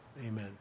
amen